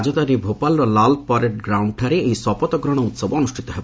ରାଜଧାନୀ ଭୋପାଲର ଲାଲ ପରେଡ ଗାଉଣ୍ଡଠାରେ ଏହି ଶପଥ ଗ୍ରହଣ ଉତ୍ସବ ଅନୁଷ୍ଠିତ ହେବ